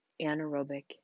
anaerobic